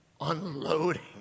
unloading